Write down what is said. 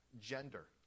Gender